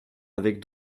avec